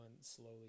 slowly